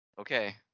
Okay